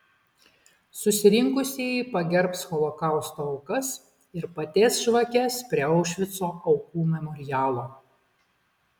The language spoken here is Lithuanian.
susirinkusieji pagerbs holokausto aukas ir padės žvakes prie aušvico aukų memorialo